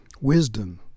wisdom